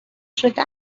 شده